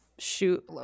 Shoot